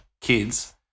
kids